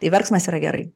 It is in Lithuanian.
tai verksmas yra gerai